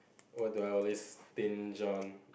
what do I always binge on